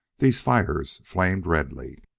these fires flamed redly.